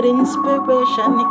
inspiration